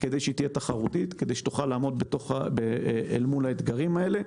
כדי שהיא תוכל לעמוד אל מול האתגרים הללו,